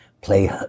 play